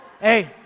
Hey